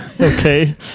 Okay